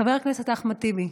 חבר הכנסת אחמד טיבי,